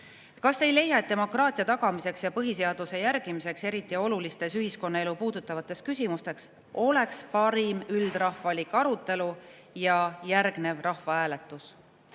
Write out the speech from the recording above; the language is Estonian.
"Kas te ei leia, et demokraatia tagamiseks ja põhiseaduse järgimiseks, eriti olulistes ühiskonnaelu puudutavates küsimustes, oleks parim üldrahvalik arutelu ja järgnev rahvahääletus?"